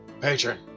Patron